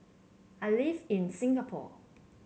I live in Singapore